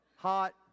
Hot